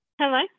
Hello